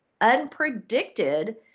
unpredicted